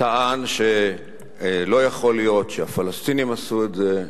טען שלא יכול להיות שהפלסטינים עשו את זה,